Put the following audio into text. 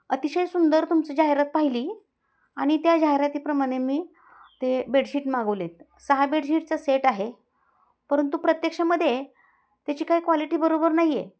अतिशय सुंदर तुमचं जाहिरात पाहिली आणि त्या जाहिरातीप्रमाणे मी ते बेडशीट मागवले आहेत सहा बेडशीटचा सेट आहे परंतु प्रत्यक्षामध्ये त्याची काय क्वालिटी बरोबर नाही आहे